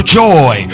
joy